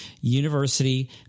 university